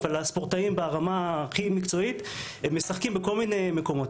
אבל הספורטאים ברמה הכי מקצועית - הם משחקים בכל מיני מקומות.